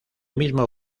mismo